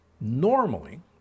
Normally